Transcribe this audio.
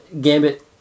Gambit